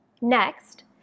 Next